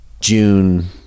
June